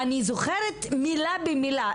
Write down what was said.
אני זוכרת מילה במילה.